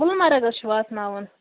کُلمرگ حظ چھُ واتناوُن